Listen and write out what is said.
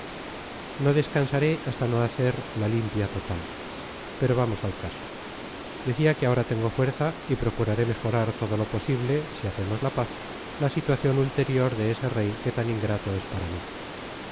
no descansaré hasta no hacer la limpia total pero vamos al caso decía que ahora tengo fuerza y procuraré mejorar todo lo posible si hacemos la paz la situación ulterior de ese rey que tan ingrato es para mí